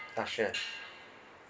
uh sure